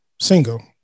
single